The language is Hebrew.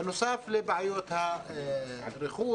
בנוסף לבעיות הרכוש,